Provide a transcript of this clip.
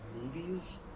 movies